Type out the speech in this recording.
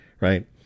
right